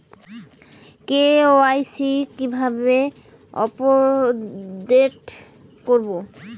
KYC কিভাবে update করব?